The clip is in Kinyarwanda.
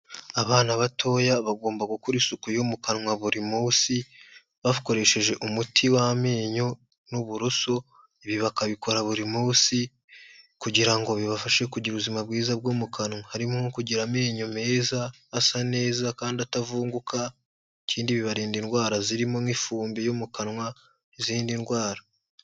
Abana batoya bagomba gukora isuku yo mu kanwa buri munsi, bakoresheje umuti w'amenyo n'uburoso, ibi bakabikora buri munsi kugira ngo bibafashe kugira ubuzima bwiza bwo mu kanwa. Harimo nko kugira amenyo meza, asa neza kandi atavunguka, ikindi bibarinda indwara zirimo nk'ifumbi yo mu kanwa n'izindi ndwara.